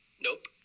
Nope